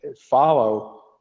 follow